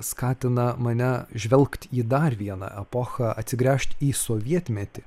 skatina mane žvelgt į dar vieną epochą atsigręžt į sovietmetį